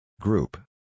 Group